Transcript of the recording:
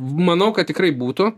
manau kad tikrai būtų